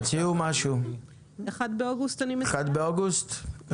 1 באוגוסט, אני מסכימה.